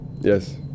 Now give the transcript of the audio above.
Yes